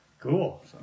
Cool